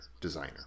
designer